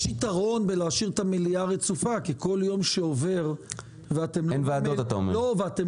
יש יתרון בהשארת המליאה רצופה כי כל יום שעובר ואתם לא במליאה,